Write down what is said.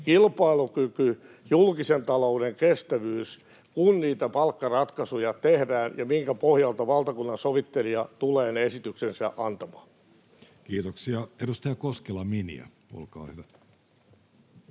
kilpailukyky ja julkisen talouden kestävyys, kun niitä palkkaratkaisuja tehdään, minkä pohjalta valtakunnansovittelija tulee ne esityksensä antamaan. Kiitoksia. — Edustaja Koskela, Minja, olkaa hyvä.